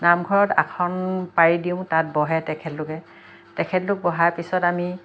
নামঘৰত আসন পাৰি দিওঁ তাত বহে তেখেতলোকে তেখেতলোক বহাৰ পিছত আমি